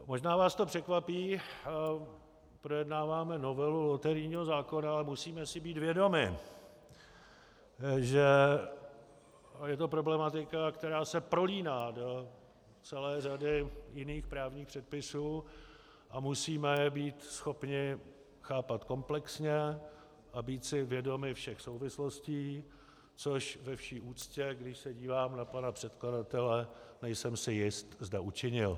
Možná vás to překvapí, projednáváme novelu loterijního zákona, ale musíme si být vědomi, že je to problematika, která se prolíná do celé řady jiných právních předpisů, a musíme je být schopni chápat komplexně a být si vědomi všech souvislostí, což ve vší úctě, když se dívám na pana předkladatele, nejsem si jist, zda učinil.